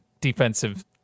defensive